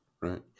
right